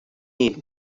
meal